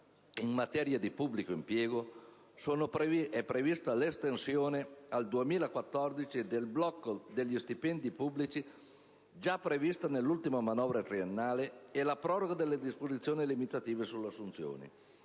in materia di pubblico impiego, sono previste l'estensione al 2014 del blocco degli stipendi pubblici già prevista dall'ultima manovra triennale e la proroga delle disposizioni limitative delle assunzioni.